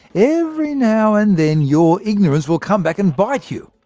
every now and then your ignorance will come back and bite you.